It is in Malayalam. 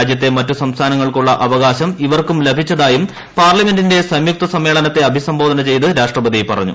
രാജ്യത്തെ മറ്റു സംസ്ഥാനങ്ങൾക്കുള്ള അവകാശം ഇവർക്കും ലഭിച്ചതായും പാർലമെന്റിന്റെ സംയുക്ത സമ്മേളനം അഭിസംബോധന ചെയ്ത രാഷ്ട്രപതി പറഞ്ഞു